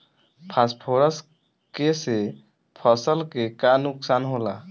Phosphorus के से फसल के का नुकसान होला?